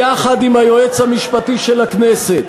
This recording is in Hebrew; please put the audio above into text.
יחד עם היועץ המשפטי של הכנסת,